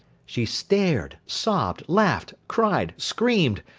she stared, sobbed, laughed, cried, screamed,